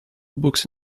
books